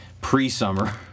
pre-summer